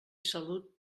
salut